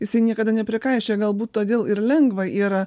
jis niekada neprikaišioja galbūt todėl ir lengva yra